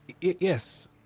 Yes